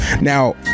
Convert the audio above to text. now